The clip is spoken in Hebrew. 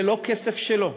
זה לא כסף שלו,